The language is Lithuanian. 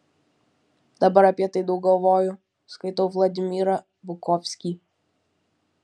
dabar apie tai daug galvoju skaitau vladimirą bukovskį